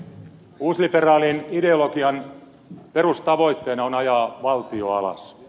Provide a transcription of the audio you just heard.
uusliberaalin ideologian perustavoitteena on ajaa valtio alas